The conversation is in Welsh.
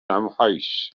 amheus